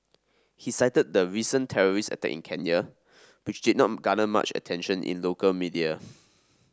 he cited the recent terrorist attack in Kenya which did not garner much attention in local media